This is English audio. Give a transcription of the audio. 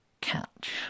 catch